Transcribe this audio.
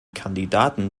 kandidaten